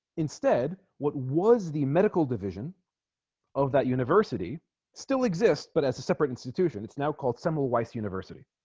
instead what was the medical division of that university still exist but as a separate institution it's now called semmelweis university